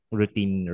routine